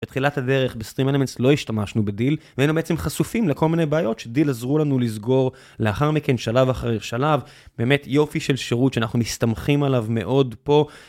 בתחילת הדרך בסטרימנמס לא השתמשנו בדיל והיינו בעצם חשופים לכל מיני בעיות שדיל עזרו לנו לסגור לאחר מכן שלב אחרי שלב. באמת יופי של שירות שאנחנו מסתמכים עליו מאוד פה.